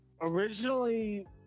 originally